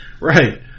Right